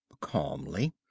calmly